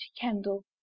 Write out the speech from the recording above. Kendall